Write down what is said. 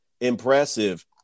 impressive